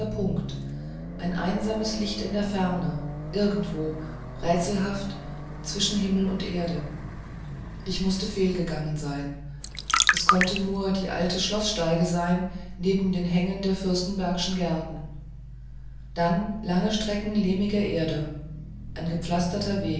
punkt ein einsames licht in der ferne irgendwo rätselhaft zwischen himmel und erde ich mußte fehlgegangen sein es konnte nur die alte schloßstiege sein neben den hängen der fürstenbergschen gärten dann lange strecken lehmiger erde ein gepflasterter